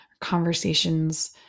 conversations